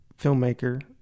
filmmaker